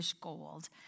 gold